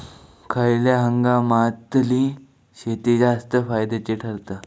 खयल्या हंगामातली शेती जास्त फायद्याची ठरता?